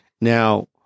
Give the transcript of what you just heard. Now